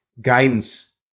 guidance